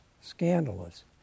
scandalous